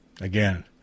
Again